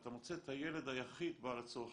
ואתה מוצא את הילד היחיד בעל הצורך